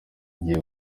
igiye